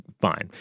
Fine